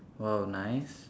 !wow! nice